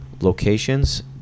locations